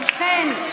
ובכן,